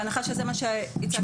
בהנחה שזה מה שהצגתם.